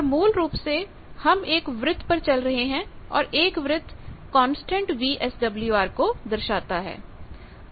पर मूल रूप से हम एक वृत्त पर चल रहे हैं और एक वृत्त कांस्टेंट वीएसडब्ल्यूआर को दर्शाता है